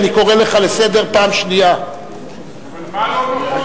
זה מה שהוא יודע, חבר